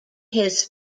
his